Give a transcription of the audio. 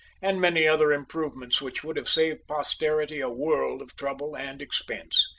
and many other improvements which would have saved posterity a world of trouble and expense.